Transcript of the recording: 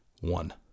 One